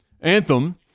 Anthem